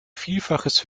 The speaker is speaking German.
vielfaches